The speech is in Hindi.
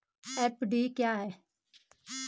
एफ.डी क्या है?